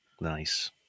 nice